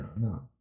no